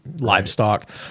livestock –